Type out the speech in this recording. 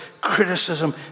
criticism